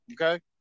Okay